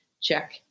check